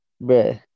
Bro